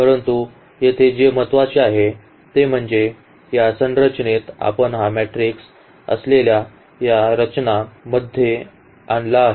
परंतु येथे जे महत्त्वाचे आहे ते म्हणजे या संरचनेत आपण हा मॅट्रिक्स असलेल्या या रचना मध्ये आणला आहे